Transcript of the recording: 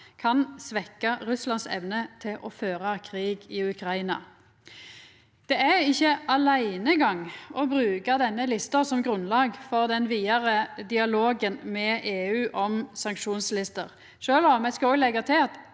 kan svekkja Russlands evne til å føra krig i Ukraina. Det er ikkje aleinegang å bruka denne lista som grunnlag for den vidare dialogen med EU om sanksjonslister, sjølv om eg vil leggja til at